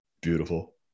Beautiful